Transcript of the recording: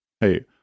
Hey